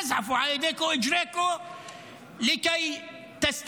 אתם זוחלים על הידיים והרגליים כדי שקטר